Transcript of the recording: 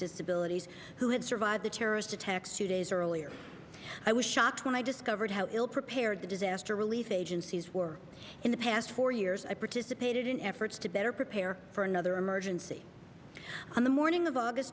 disabilities who had survived the terrorist attacks two days earlier i was shocked when i discovered how ill prepared the disaster relief agencies were in the past four years i participated in efforts to better prepare for another emergency on the morning of august